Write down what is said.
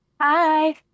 Hi